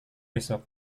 besok